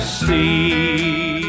see